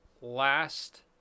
last